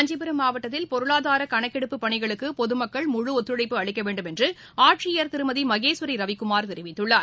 காஞ்சிபுரம் மாவட்டத்தில் பொருளாதார கணக்கெடுப்புப் பணிகளுக்கு பொதுமக்கள் முழுஒத்துழைப்பு அளிக்க வேண்டும் என்று ஆட்சியர் திருமதி மகேஸ்வரி ரவிக்குமார் தெரிவித்துள்ளார்